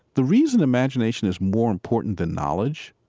the reason imagination is more important than knowledge